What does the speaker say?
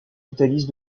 totalise